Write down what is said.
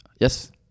Yes